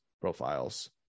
profiles